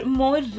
more